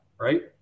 Right